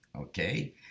Okay